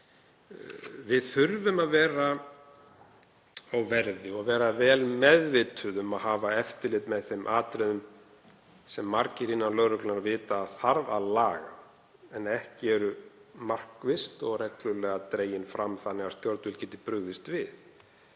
Við þurfum að vera á verði og vera vel meðvituð um að hafa eftirlit með þeim atriðum sem margir innan lögreglunnar vita að þarf að laga en eru ekki markvisst og reglulega dregin fram þannig að stjórnvöld geti brugðist við.